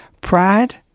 Pride